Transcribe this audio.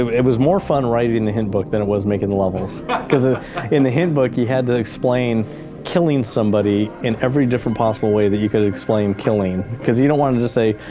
um it was more fun writing the hint book, than it was making the levels. cause ah in the hint book you had to explain killing somebody in every different possible way that you kind of explain killing. cause you don't want to just say,